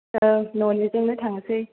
औ ननिजोंनो थांसै